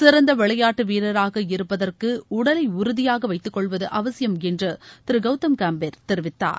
சிறந்த விளையாட்டு வீரராக இருப்பதற்கு உடலை உறுதியாக வைத்துக்கொள்வது அவசியம் என்று திரு கவுதம் கம்பீர் தெரிவித்தார்